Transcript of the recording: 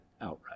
outright